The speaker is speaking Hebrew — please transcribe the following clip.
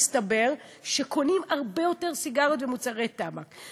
מסתבר שקונים הרבה יותר סיגריות ומוצרי טבק.